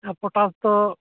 ᱟᱨ potash ᱫᱚ